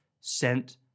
sent